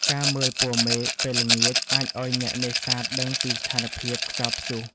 ការមើលពណ៌មេឃពេលល្ងាចអាចឱ្យអ្នកនេសាទដឹងពីស្ថានភាពខ្យល់ព្យុះ។